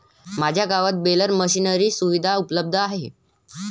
माझ्या गावात baler machinery सुविधा उपलब्ध आहे